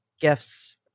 gifts